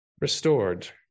restored